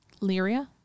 Lyria